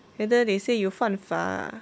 later they say you 犯法 ah